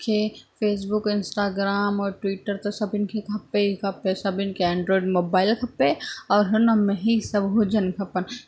खे Facebook Instagram और Twitter त सभिनी खे खपे ई खपे सभिनी खे एंड्रॉइड मोबाइल खपे और हुन में ई सभु हुजणु खपेनि